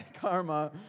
Karma